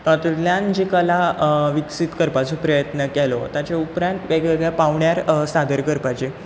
तातुंतल्यान जी कला विकसीत करपाचो प्रयत्न केलो ताचे उपरांत वेगवेगळ्या पांवड्यार सादर करपाचे